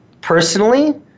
personally